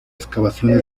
excavaciones